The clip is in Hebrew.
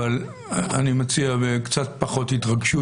אבל אני מציע קצת פחות התרגשות,